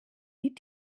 die